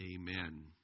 Amen